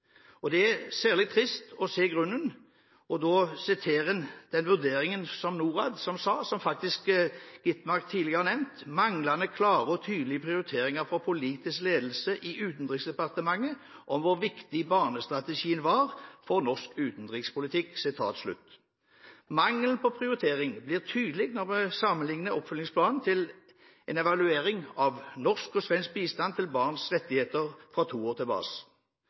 Det er særlig trist å se grunnen, og da kan man sitere vurderingen fra Norad – som faktisk Skovholt Gitmark tidligere har nevnt – som var: «Manglende klare og tydelige prioriteringer fra politisk ledelse i utenriksdepartementet om hvor viktig barnestrategien var for norsk utenrikspolitikk.» Mangelen på prioritering blir tydelig når vi sammenligner oppfølgingsplanene til en evaluering av norsk og svensk bistand til barns rettigheter fra to år